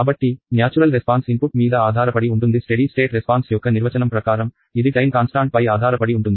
కాబట్టి natural response input మీద ఆధారపడి ఉంటుంది స్టెడీ స్టేట్ రెస్పాన్స్ యొక్క నిర్వచనం ప్రకారం ఇది టైం కాన్స్టాంట్ పై ఆధారపడి ఉంటుంది